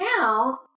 now